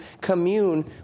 commune